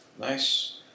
Nice